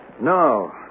No